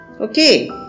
Okay